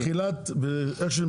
מנהלת הוועדה,